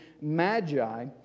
magi